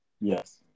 Yes